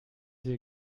diese